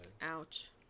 Ouch